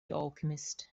alchemist